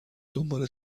دنبال